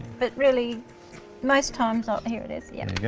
but really most times, oh here it is, yep.